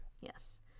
Yes